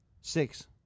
Six